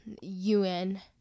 UN